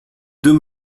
deux